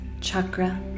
Chakra